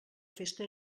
festa